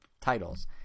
titles